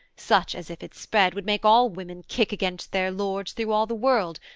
such as if it spread would make all women kick against their lords through all the world,